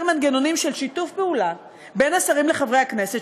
מנגנונים של שיתוף פעולה בין השרים לחברי הכנסת,